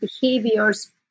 behaviors